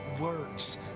works